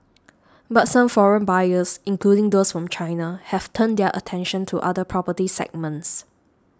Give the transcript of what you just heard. but some foreign buyers including those from China have turned their attention to other property segments